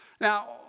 Now